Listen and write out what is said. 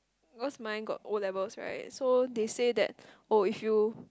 cause mine got O levels right so they say that oh if you